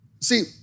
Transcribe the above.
See